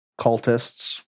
cultists